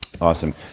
Awesome